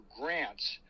grants